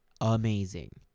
amazing